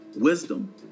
wisdom